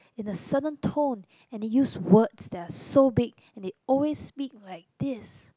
in a certain tone and they use words that are so big and they always speak like this